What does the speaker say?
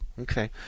Okay